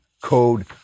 code